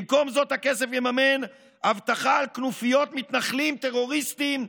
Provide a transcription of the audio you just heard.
במקום זאת הכסף יממן אבטחה על כנופיות מתנחלים טרוריסטים,